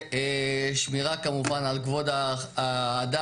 ושמירה כמובן על כבוד האדם,